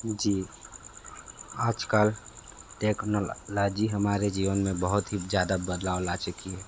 जी आज कल टेक्नोलॉजी हमारे जीवन में बहुत ही ज़्यादा बदलाव ला चुकी है